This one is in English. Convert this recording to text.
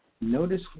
notice